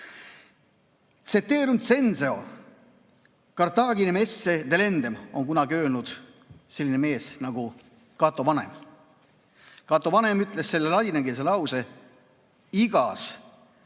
"Ceterum censeo Carthaginem esse delendam" on kunagi öelnud selline mees nagu Cato Vanem. Cato Vanem ütles selle ladinakeelse lause iga